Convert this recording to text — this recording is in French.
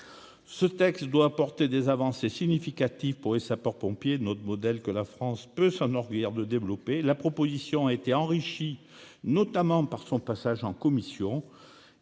Ce texte doit apporter des avancées significatives pour les sapeurs-pompiers et pour le modèle que la France peut s'enorgueillir de développer. La proposition de loi a été enrichie, notamment par son passage en commission,